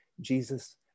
Jesus